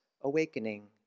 awakening